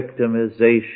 victimization